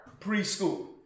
preschool